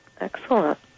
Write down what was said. excellent